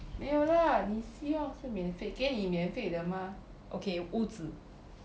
没有啦你希望是免费给你免费的吗